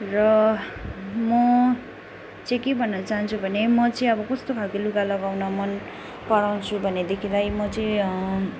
र म चाहिँ के भन्न चाहन्छु भने म चाहिँ अब कस्तो खालको लुगा लगाउन मन पराउँछु भनेदेखिलाई म चाहिँ